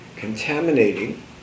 contaminating